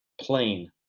plain